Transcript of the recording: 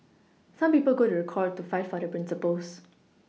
some people go to the court to fight for their Principles